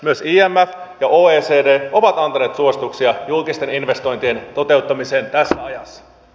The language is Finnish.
myös imf ja oecd ovat antaneet suosituksia julkisten investointien toteuttamiseen tässä ajassa